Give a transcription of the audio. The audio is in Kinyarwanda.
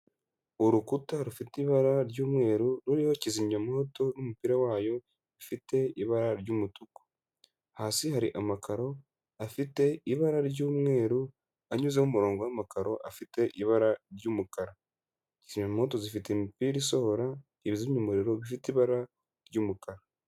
Urukuta rufite ibara ry'umweru ruriho kizimyamwoto n'umupira wayo ufite ibara ry'umutuku, hasi hari amakaro afite ibara ry'umweru anyuzeho umurongo w'amakaro afite ibara ry'umukara, kizimyamwonto zifite imipira isohora ibizimya umuriro bifite ibara ry'umukara.